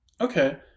Okay